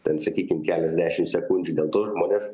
ten sakykim keliasdešimt sekundžių dėl to žmonės